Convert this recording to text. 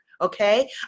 Okay